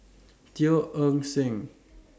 Teo Eng Seng